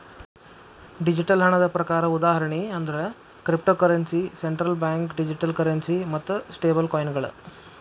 digital ಹಣದ ಪ್ರಕಾರ ಉದಾಹರಣಿ ಅಂದ್ರ cryptocurrency, central bank digital currency ಮತ್ತ ಸ್ಟೇಬಲ್ಕಾಯಿನ್ಗಳ